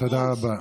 תודה רבה.